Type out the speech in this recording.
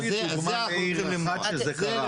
תן לי דוגמה לעיר אחת שזה קרה.